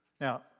Now